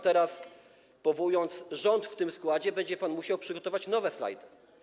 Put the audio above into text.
Teraz powołał pan rząd w tym składzie i będzie pan musiał przygotować nowe slajdy.